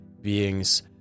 beings